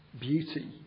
beauty